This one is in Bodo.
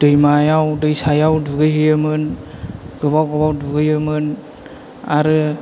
दैमायाव दैसायाव दुगैहैयोमोन गोबाव गोबाव दुगैयोमोन आरो